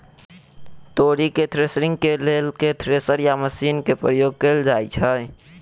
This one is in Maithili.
तोरी केँ थ्रेसरिंग केँ लेल केँ थ्रेसर या मशीन केँ प्रयोग कैल जाएँ छैय?